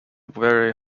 very